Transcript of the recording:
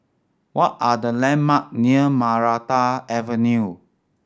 what are the landmark near Maranta Avenue